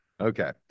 Okay